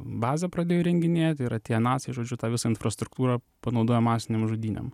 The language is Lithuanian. bazę pradėjo įrenginėt yra tie naciai žodžiu tą visą infrastruktūrą panaudojo masinėm žudynėm